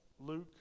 Luke